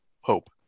hope